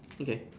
okay